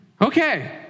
Okay